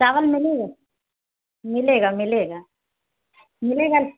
चावल मिलेगा मिलेगा मिलेगा मिलेगा